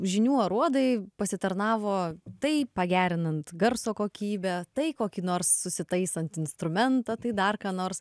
žinių aruodai pasitarnavo tai pagerinant garso kokybę tai kokį nors susitaisant instrumentą tai dar ką nors